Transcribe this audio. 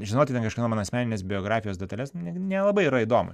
žinoti ten kažkieno mano asmeninės biografijos detales nu nelabai yra įdomu